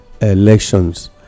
elections